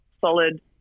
solid